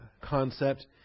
concept